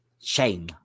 shame